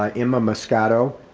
ah emma moscato,